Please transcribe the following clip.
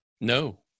No